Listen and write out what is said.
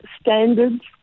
standards